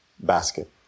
basket